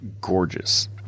gorgeous